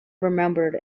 remembered